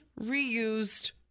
reused